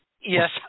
Yes